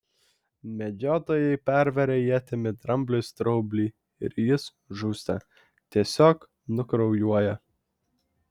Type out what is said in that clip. medžiotojai perveria ietimi drambliui straublį ir jis žūsta tiesiog nukraujuoja